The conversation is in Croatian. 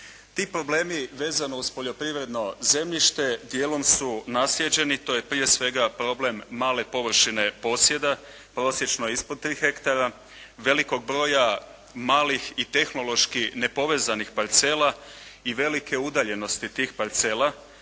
Ti problemi vezano uz poljoprivredno zemljište dijelom su naslijeđeni. To je prije svega problem male površine posjeda prosječno ispod 3 hektara, velikog broja malih i tehnološki nepovezanih parcela i velike udaljenosti tih parcela